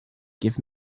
give